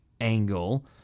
angle